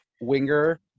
Winger